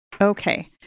Okay